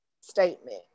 statement